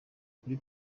kuri